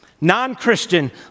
non-Christian